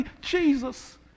Jesus